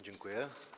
Dziękuję.